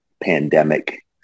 pandemic